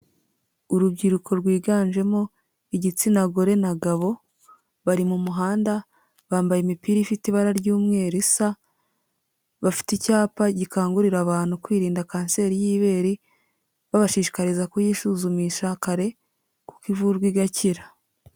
Urubyiruko rwiganjemo igitsina gore na gabo, bari mu muhanda, bambaye imipira ifite ibara ry'umweru isa, bafite icyapa gikangurira abantu kwirinda kanseri y'ibere, babashishikariza kuyisuzumisha kare, kuko ivurwa igakira.